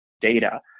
data